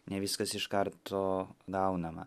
ne viskas iš karto gaunama